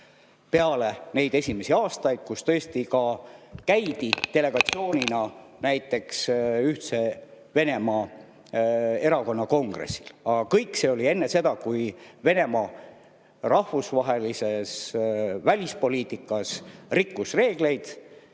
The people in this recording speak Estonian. peale esimesi aastaid, kus tõesti käidi delegatsioonina näiteks Ühtse Venemaa erakonna kongressil. Aga see kõik oli enne seda, kui Venemaa rahvusvahelises välispoliitikas rikkus reegleid,